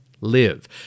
live